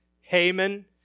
Haman